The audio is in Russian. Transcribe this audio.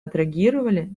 отреагировали